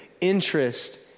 interest